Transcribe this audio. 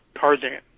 Tarzan